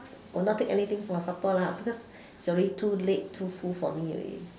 will not take anything for supper lah because it's already too late too full for me ready